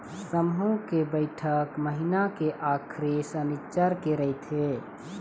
समूह के बइठक महिना के आखरी सनिच्चर के रहिथे